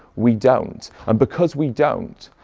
we don't. and because we don't,